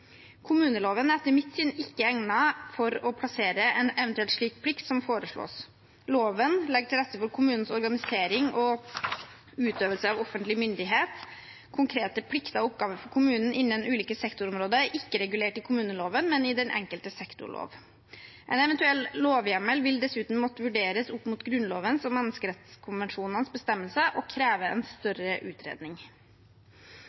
Kommuneloven er etter mitt syn ikke egnet for å plassere en slik eventuell plikt som foreslås. Loven legger til rette for kommunenes organisering og utøvelse av offentlig myndighet. Konkrete plikter og oppgaver for kommunen innen ulike sektorområder er ikke regulert i kommuneloven, men i den enkelte sektorlov. En eventuell lovhjemmel vil dessuten måtte vurderes opp mot Grunnlovens og menneskerettskonvensjonenes bestemmelser og krever en